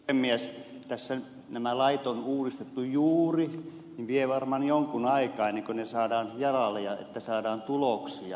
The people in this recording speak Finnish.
kun tässä nämä lait on uudistettu juuri niin vie varmaan jonkun aikaa ennen kuin ne saadaan jalalle ja saadaan tuloksia